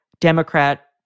Democrat